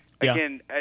again